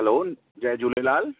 हलो जय झूलेलाल